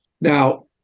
now